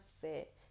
fit